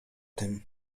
tym